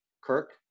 Kirk